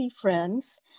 friends